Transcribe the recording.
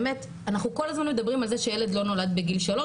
אנחנו כל הזמן מדברים על זה שילד לא נולד בגיל שלוש